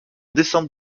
décembre